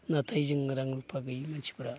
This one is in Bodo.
नाथाय जों रां रुफा गैयि मानसिफ्रा